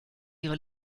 ihre